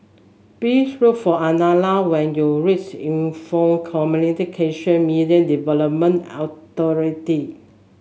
please look for Adele when you reach Info Communication Media Development Authority